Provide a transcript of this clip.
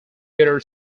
guitar